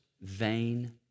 vain